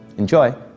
enjoy.